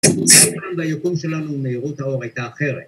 וגם ביקום שלנו מהירות האור הייתה אחרת